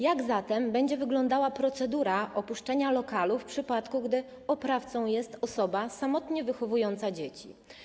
Jak będzie wyglądała procedura opuszczenia lokalu, w przypadku gdy oprawcą jest osoba samotnie wychowująca dzieci?